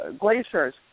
glaciers